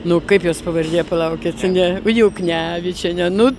nu kaip jos pavardė palaukit ne juknevičienė nu